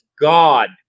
God